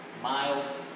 mild